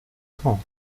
tom